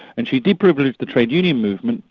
and she de-privileged the trade union movement,